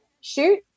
shoot